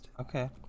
okay